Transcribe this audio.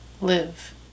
live